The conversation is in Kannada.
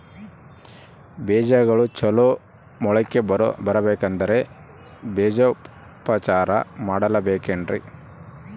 ಬೇಜಗಳು ಚಲೋ ಮೊಳಕೆ ಬರಬೇಕಂದ್ರೆ ಬೇಜೋಪಚಾರ ಮಾಡಲೆಬೇಕೆನ್ರಿ?